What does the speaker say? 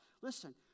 Listen